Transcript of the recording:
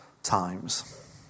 Times